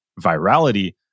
virality